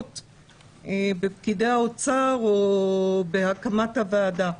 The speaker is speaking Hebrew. --- בפקידי האוצר או בהקמת הוועדה.